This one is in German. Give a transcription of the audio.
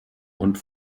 hund